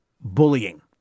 bullying